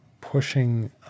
pushing